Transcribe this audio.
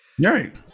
Right